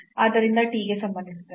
ಆದ್ದರಿಂದ t ಗೆ ಸಂಬಂಧಿಸಿದಂತೆ